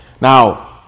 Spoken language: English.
Now